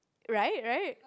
right right